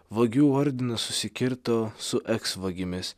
vagių ordinas susikirto su eks vagimis